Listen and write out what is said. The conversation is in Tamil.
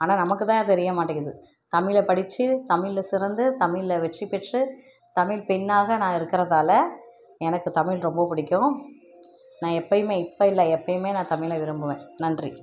ஆனால் நமக்குதான் தெரிய மாட்டேங்கிது தமிழை படித்து தமிழில் சிறந்து தமிழில் வெற்றி பெற்று தமிழ் பெண்ணாக நான் இருக்கிறதால எனக்கு தமில் ரொம்ப பிடிக்கும் நான் எப்போயுமே இப்போ இல்லை எப்போயுமே நான் தமிழை விரும்புவேன் நன்றி